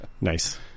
Nice